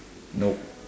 nope